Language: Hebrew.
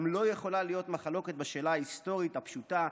גם לא יכולה להיות מחלוקת בשאלה ההיסטורית הפשוטה,